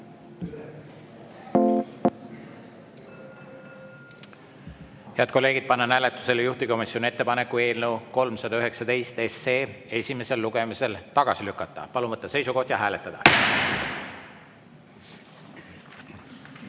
kolleegid, panen hääletusele juhtivkomisjoni ettepaneku eelnõu 319 esimesel lugemisel tagasi lükata. Palun võtta seisukoht ja hääletada!